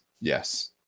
Yes